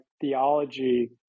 theology